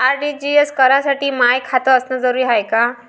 RTGS करासाठी माय खात असनं जरुरीच हाय का?